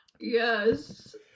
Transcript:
Yes